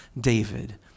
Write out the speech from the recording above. David